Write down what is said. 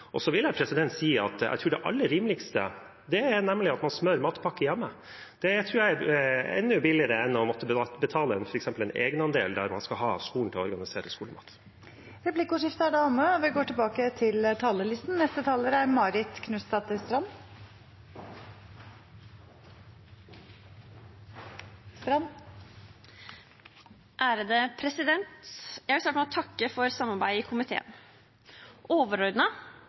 Så vil jeg si at jeg tror det aller rimeligste er at man smører matpakke hjemme. Det tror jeg er enda billigere enn å måtte betale en egenandel for at skolen skal organisere skolemat. Replikkordskiftet er omme. Jeg vil starte med å takke for samarbeidet i komiteen. Overordnet tenker jeg at regjeringens budsjettforslag for 2020 er